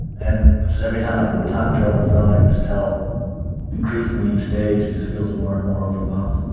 and just every time i'm talking to her on the phone, i can just tell increasingly each day, she just feels more and more overwhelmed.